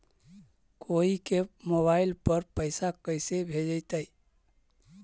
कोई के मोबाईल पर पैसा कैसे भेजइतै?